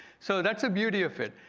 so that's the beauty of it.